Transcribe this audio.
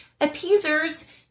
appeasers